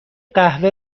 قهوه